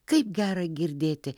kaip gera girdėti